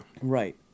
Right